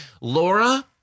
Laura